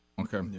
Okay